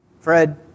Fred